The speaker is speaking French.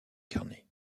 carnets